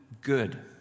good